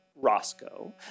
Roscoe